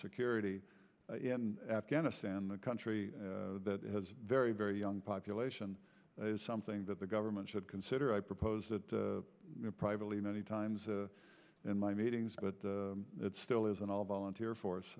security afghanistan the country that has very very young population is something that the government should consider i propose that privately many times in my meetings but it still is an all volunteer